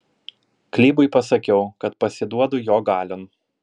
klybui pasakiau kad pasiduodu jo galion